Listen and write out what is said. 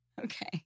Okay